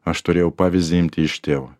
aš turėjau pavyzdį imti iš tėvo